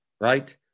Right